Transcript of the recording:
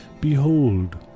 behold